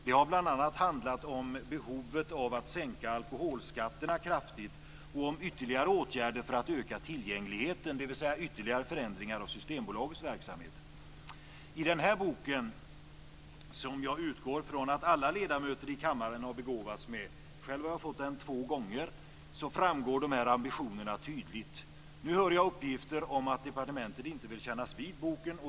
Det har bl.a. handlat om behovet av att sänka alkoholskatterna kraftigt och om ytterligare åtgärder för att öka tillgängligheten, dvs. ytterligare förändringar av Systembolagets verksamhet. I den bok jag har här och som jag utgår från att alla ledamöter i kammaren har begåvats med - själv har jag fått den två gånger - framgår de här ambitionerna tydligt. Nu hör jag uppgifter om att departementet inte vill kännas vid boken.